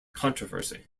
controversy